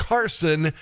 Carson